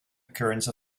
occurrence